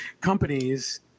companies